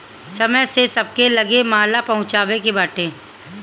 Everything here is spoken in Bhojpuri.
समय से सबके लगे माल पहुँचावे के बाटे